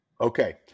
Okay